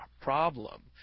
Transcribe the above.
problem